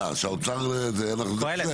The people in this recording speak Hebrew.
שהאוצר זה אנחנו יודעים.